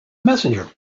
messenger